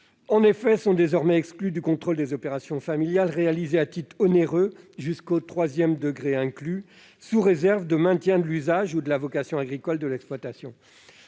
économiques. Sont désormais exclues du contrôle les opérations familiales réalisées à titre onéreux jusqu'au quatrième degré inclus, sous réserve du maintien de l'usage ou de la vocation agricole de l'exploitation.